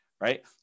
Right